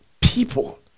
people